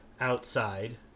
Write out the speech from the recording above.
outside